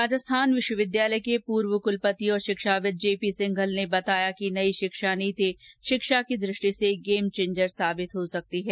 राजस्थान विश्वविद्यालय के पूर्व कलपति और शिक्षाविद जेपी सिंघल ने बताया कि नई शिक्षा नीति शिक्षा की दृष्टि से गेम चेंजर साबित हो सकती है